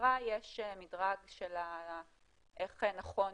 במשטרה יש מדרג של איך נכון